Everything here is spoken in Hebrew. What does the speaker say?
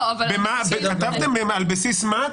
כתבתם על בסיס מה?